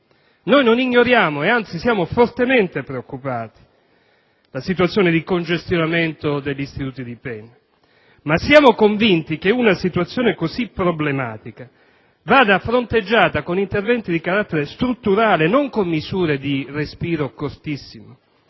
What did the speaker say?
Noi non ignoriamo - e, anzi, siamo fortemente preoccupati - la situazione di congestionamento degli istituti di pena, ma siamo convinti che una situazione così problematica vada fronteggiata con interventi di carattere strutturale, non con misure di respiro cortissimo: